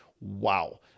wow